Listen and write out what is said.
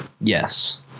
yes